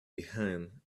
behind